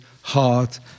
heart